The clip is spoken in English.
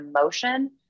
emotion